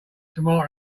tomato